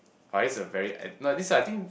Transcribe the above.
uh that's a very uh no this type of thing